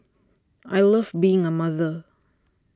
I love being a mother